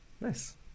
Nice